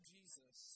Jesus